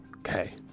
Okay